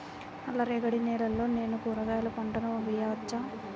నల్ల రేగడి నేలలో నేను కూరగాయల పంటను వేయచ్చా?